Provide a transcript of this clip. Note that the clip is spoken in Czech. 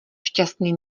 šťastný